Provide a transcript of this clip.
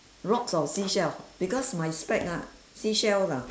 rocks or seashell because my spec ah seashell ah